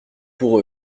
pour